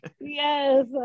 yes